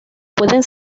pueden